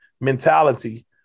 mentality